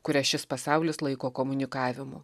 kurias šis pasaulis laiko komunikavimu